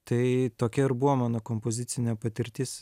tai tokia ir buvo mano kompozicinė patirtis